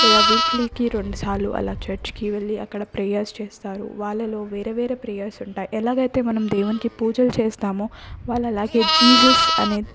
లేదా వీక్లీకి రెండుసార్లు అలా చర్చ్కి వెళ్ళి అక్కడ ప్రేయర్స్ చేస్తారు వాళ్ళలో వేరే వేరే ప్రేయర్స్ ఉంటాయి ఎలాగైతే మనం దేవునికి పూజలు చేస్తామో వాళ్ళు అలాగే జీసస్ అనే